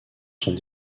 sont